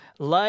Life